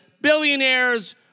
billionaires